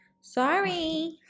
sorry